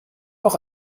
auch